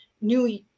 new